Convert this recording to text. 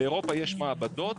באירופה יש מעבדות,